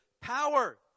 power